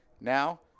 Now